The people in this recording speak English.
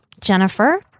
Jennifer